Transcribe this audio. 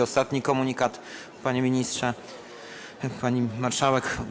Ostatni komunikat, panie ministrze, pani marszałek.